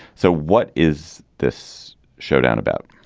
so what is this showdown about?